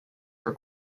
for